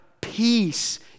peace